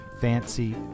Fancy